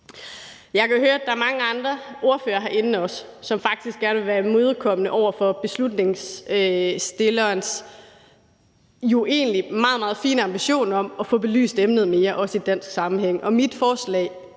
Jeg kan også høre, at der er mange andre ordførere herinde, som faktisk gerne vil være imødekommende over for forslagsstillerens jo egentlig meget, meget fine ambition om at få belyst emnet mere, også i dansk sammenhæng.